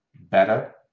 better